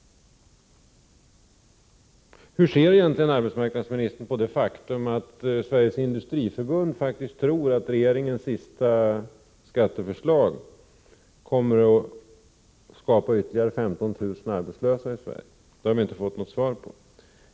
Hur ser egentligen arbetsmarknadsministern på det faktum att Sveriges industriförbund faktiskt tror att regeringens senaste skatteförslag kommer att göra ytterligare 15 000 arbetslösa i Sverige? Det har vi inte fått något svar på.